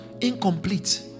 incomplete